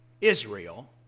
Israel